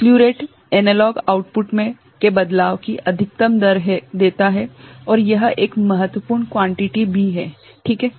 slew rate analog output के बदलाव की अधिकतम दर देता है और यह एक महत्वपूर्ण क्वांटीटी भी हैं ठीक है